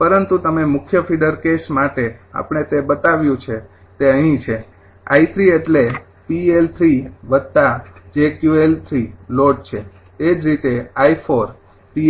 પરંતુ તમે મુખ્ય ફીડર કેસ માટે આપણે તે બતાવ્યું છે તે અહીં છે 𝑖૩ એટલે 𝑃𝐿૩𝑗𝑄𝐿૩ લોડ છે તે જ રીતે 𝑖૪ 𝑃𝐿૪𝑗𝑄𝐿૪ છે